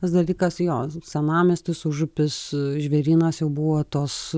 tas dalykas jo senamiestis užupis žvėrynas jau buvo tos